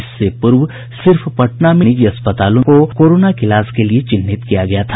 इससे पूर्व सिर्फ पटना में निजी अस्पतालों को कोरोना के इलाज के लिए चिन्हित किया गया था